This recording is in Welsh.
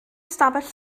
ystafell